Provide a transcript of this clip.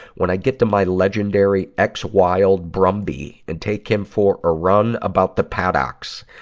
when i get to my legendary x wild brumby and take him for a run about the paddocks,